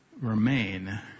remain